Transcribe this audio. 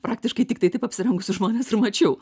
praktiškai tiktai taip apsirengusius žmones ir mačiau